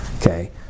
Okay